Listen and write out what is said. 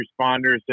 responders